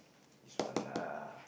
this one lah